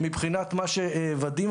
לגבי מה שאמר ודים.